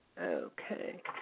Okay